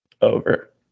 over